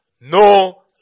no